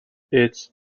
its